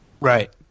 Right